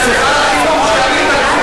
שר החינוך שיעביר כספים לנוער,